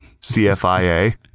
CFIA